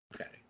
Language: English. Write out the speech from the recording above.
Okay